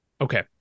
Okay